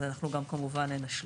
אז אנחנו גם כמובן נשלים.